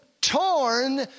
torn